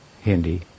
Hindi